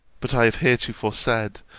but i have heretofore said,